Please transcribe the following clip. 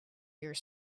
here